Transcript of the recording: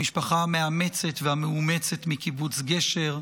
המשפחה המאמצת והמאומצת מקיבוץ גשר,